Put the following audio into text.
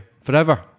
forever